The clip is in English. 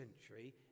century